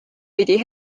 pidi